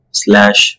slash